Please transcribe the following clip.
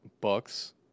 Bucks